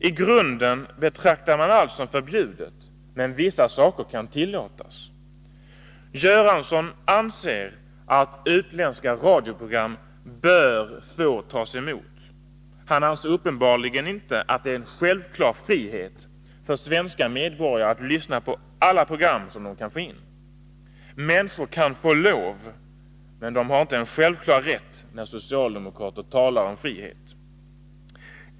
I grunden betraktar man allt som förbjudet, men vissa saker kan tillåtas. Bengt Göransson anser att utländska radioprogram bör få tas emot. Han anser uppenbarligen inte att det är en självklar frihet för svenska medborgare att lyssna på alla program som de kan få in. Människor kan få lov, men de har inte en självklar rätt när socialdemokrater talar om frihet.